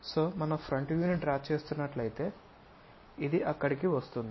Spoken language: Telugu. సొ మనం ఫ్రంట్ వ్యూను డ్రా చేస్తున్నట్లయితే ఇది అక్కడకు వస్తుంది